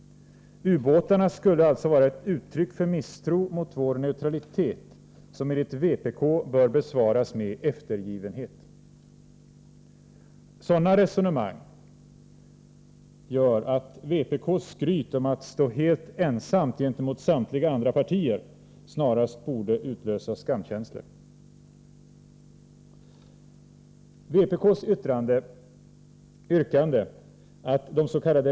Ubåtarna skulle alltså vara ett uttryck för misstro mot vår neutralitet, som enligt vpk bör besvaras med eftergivenhet. Sådana resonemang gör att vpk:s skryt om att stå helt ensamt gentemot samtliga andra partier snarast borde utlösa skamkänslor. Vpk:s yrkande att des.k.